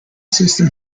system